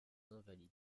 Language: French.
invalides